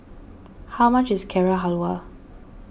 how much is Carrot Halwa